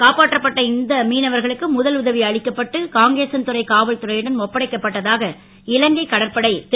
காப்பாற்றப்பட்ட இந்த மீனவர்களுக்கு முதல் உதவி அளிக்கப்பட்டு காங்சேகந்துறை காவல்துறை டம் ஒப்படைக்கப்பட்டதாக இலங்கை கடற்படை தெரிவித்துள்ளது